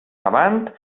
avant